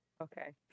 Okay